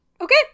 Okay